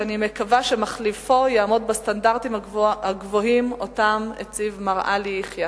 ואני מקווה שמחליפו יעמוד בסטנדרטים הגבוהים שאותם הציב מר עלי יחיא.